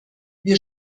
wir